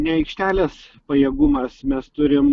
ne aikštelės pajėgumas mes turim